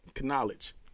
Knowledge